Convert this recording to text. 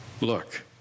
look